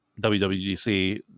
WWDC